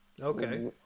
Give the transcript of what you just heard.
Okay